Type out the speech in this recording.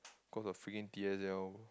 cause of freaking T_S_L